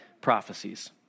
prophecies